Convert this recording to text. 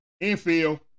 Infield